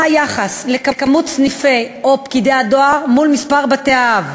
הוא היחס בין מספר סניפי או פקידי הדואר למספר בתי-האב,